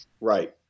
Right